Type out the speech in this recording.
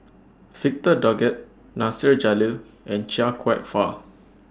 Victor Doggett Nasir Jalil and Chia Kwek Fah